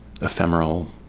ephemeral